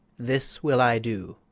this will i do,